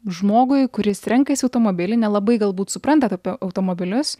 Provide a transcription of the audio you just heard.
žmogui kuris renkasi automobilį nelabai galbūt supranta apie automobilius